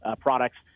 products